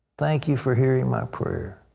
thank you for hearing my prayer.